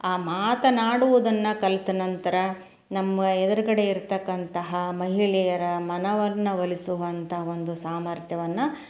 ಆ ಮಾತನಾಡುವುದನ್ನು ಕಲ್ತ ನಂತರ ನಮ್ಮ ಎದುರ್ಗಡೆ ಇರತಕ್ಕಂತಹ ಮಹಿಳೆಯರ ಮನವನ್ನು ಒಲಿಸುವಂಥ ಒಂದು ಸಾಮರ್ಥ್ಯವನ್ನು